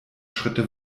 schritte